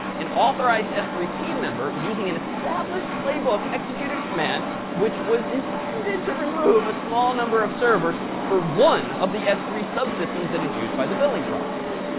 an authorized s three team member, using an established playbook, executed a command which was intended to remove a small number of servers for one of the three s three subsystems that is used by the building process.